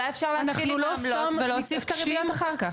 אולי אפשר להתחיל עם העמלות ולהוסיף את הריביות אחר כך.